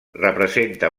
representa